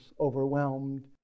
overwhelmed